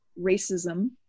racism